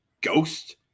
ghost